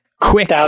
quick